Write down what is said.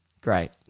Great